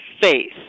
faith